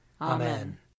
Amen